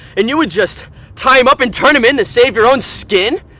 and you would just tie him up and turn him in to save your own skin!